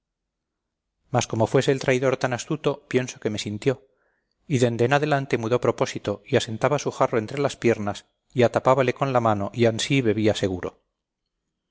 mas como fuese el traidor tan astuto pienso que me sintió y dende en adelante mudó propósito y asentaba su jarro entre las piernas y atapábale con la mano y ansí bebía seguro